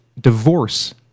divorce